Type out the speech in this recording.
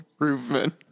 Improvement